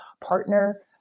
partner